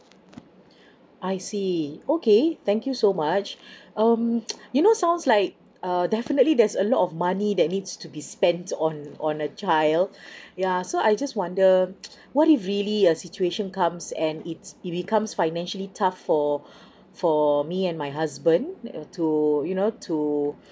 I see okay thank you so much um you know sounds like err definitely there's a lot of money that needs to be spent on on a child yeah so I just wonder what if really a situation comes and it's it becomes financially tough for for me and my husband uh to you know to